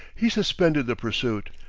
he suspended the pursuit.